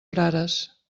frares